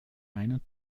einen